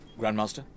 Grandmaster